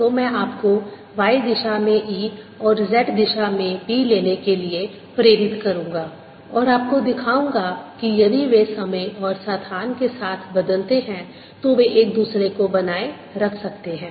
तो मैं आपको y दिशा में E और z दिशा में B लेने के लिए आपको प्रेरित करूँगा और आपको दिखाऊंगा कि यदि वे समय और स्थान के साथ बदलते हैं तो वे एक दूसरे को बनाए रख सकते हैं